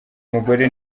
mugore